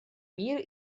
мира